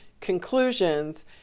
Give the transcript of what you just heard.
conclusions